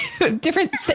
different